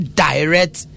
direct